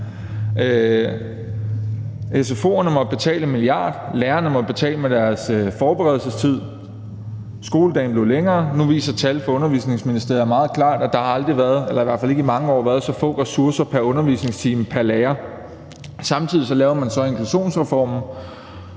Sfo'erne måtte betale 1 mia. kr., lærerne måtte betale med deres forberedelsestid, og skoledagen blev længere. Nu viser tal fra Undervisningsministeriet meget klart, at der aldrig har været – eller i hvert fald ikke i mange år – så få ressourcer pr. undervisningstime pr. lærer. Kl. 15:13 Samtidig lavede man så inklusionsreformen,